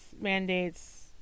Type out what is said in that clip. mandates